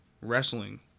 wrestling